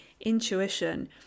intuition